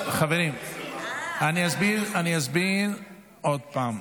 חברים, אני אסביר עוד פעם.